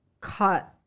cut